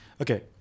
okay